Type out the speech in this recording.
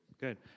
good